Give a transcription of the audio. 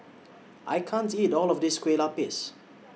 I can't eat All of This Kueh Lapis